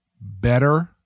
better